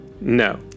No